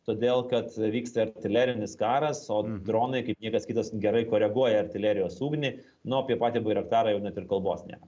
todėl kad vyksta artilerinis karas o dronai kaip niekas kitas gerai koreguoja artilerijos ugnį nu apie patį bairaktarą jau net ir kalbos nėra